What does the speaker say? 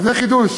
זה חידוש.